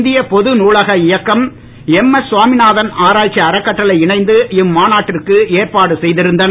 இந்திய பொது நூலக இயக்கம் எம்எஸ் சுவாமிநாதன் ஆராய்ச்சி அறக்கட்டளை இணைந்து இம்மாநாட்டிற்கு ஏறாபடு செய்திருந்தன